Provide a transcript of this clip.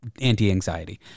anti-anxiety